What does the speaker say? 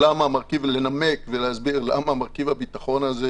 לנמק ולהסביר למה מרכיב הביטחון הזה